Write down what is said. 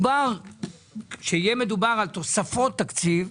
כשיהיה מדובר על תוספות תקציב,